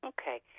Okay